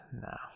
No